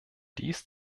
dies